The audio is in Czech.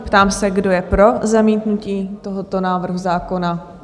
Ptám se, kdo je pro zamítnutí tohoto návrhu zákona?